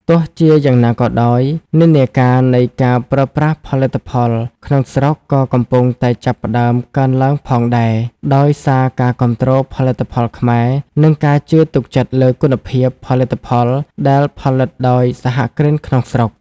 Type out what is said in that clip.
ទោះជាយ៉ាងណាក៏ដោយ និន្នាការនៃការប្រើប្រាស់ផលិតផលក្នុងស្រុកក៏កំពុងតែចាប់ផ្ដើមកើនឡើងផងដែរ ដោយសារការគាំទ្រផលិតផលខ្មែរ និងការជឿទុកចិត្តលើគុណភាពផលិតផលដែលផលិតដោយសហគ្រិនក្នុងស្រុក។